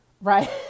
right